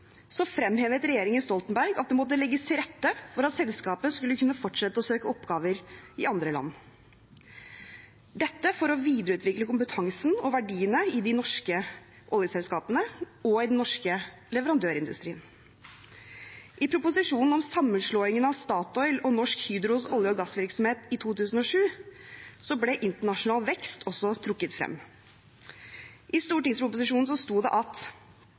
fremhevet Stoltenberg-regjeringen at det måtte legges til rette for at selskapet skulle kunne fortsette å søke oppgaver i andre land – dette for å videreutvikle kompetansen og verdiene i de norske oljeselskapene og den norske leverandørindustrien. I proposisjonen om sammenslåingen av Statoil og Norsk Hydros olje- og gassvirksomhet i 2007 ble internasjonal vekst også trukket frem. I stortingsproposisjonen stod det at: